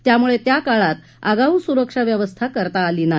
त्यामुळे त्या काळात आगाऊ सुरक्षा व्यवस्था करता आली नाही